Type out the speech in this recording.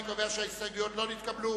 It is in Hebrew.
אני קובע שההסתייגות לא נתקבלה.